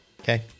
okay